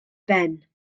ben